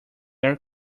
are